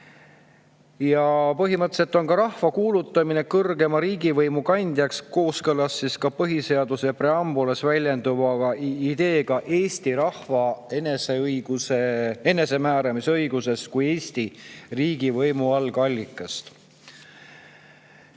Põhimõtteliselt on ka rahva kuulutamine kõrgeima riigivõimu kandjaks kooskõlas põhiseaduse preambulis väljenduva ideega Eesti rahva enesemääramisõigusest kui Eesti riigivõimu algallikast.